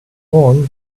horn